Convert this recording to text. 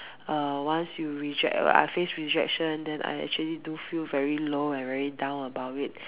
err once you reject uh I face rejection then I actually do feel very low and very down about it